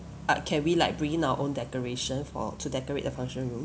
like can we like bring in our own decoration for to decorate the function room